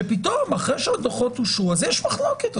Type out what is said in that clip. שפתאום אחרי שהדוחות אושרו יש מחלוקת.